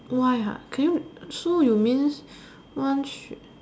why can you so you means one should